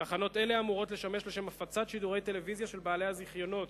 תחנות אלה אמורות לשמש לשם הפצת שידורי טלוויזיה של בעלי הזיכיונות